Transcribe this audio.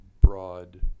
broad